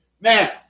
Now